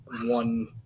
one